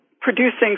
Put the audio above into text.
producing